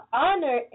honor